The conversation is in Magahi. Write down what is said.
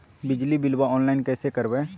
बिजली बिलाबा ऑनलाइन कैसे करबै?